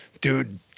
dude